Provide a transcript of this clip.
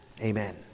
Amen